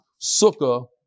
Sukkah